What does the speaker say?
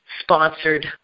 sponsored